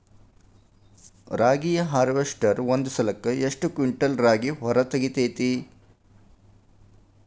ರಾಗಿಯ ಹಾರ್ವೇಸ್ಟರ್ ಒಂದ್ ಸಲಕ್ಕ ಎಷ್ಟ್ ಕ್ವಿಂಟಾಲ್ ರಾಗಿ ಹೊರ ತೆಗಿತೈತಿ?